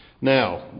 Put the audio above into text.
Now